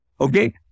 Okay